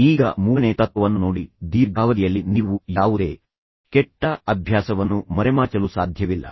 ಈಗ ಮೂರನೇ ತತ್ವವನ್ನು ನೋಡಿ ದೀರ್ಘಾವಧಿಯಲ್ಲಿ ನೀವು ಯಾವುದೇ ಕೆಟ್ಟ ಅಭ್ಯಾಸವನ್ನು ಮರೆಮಾಚಲು ಸಾಧ್ಯವಿಲ್ಲ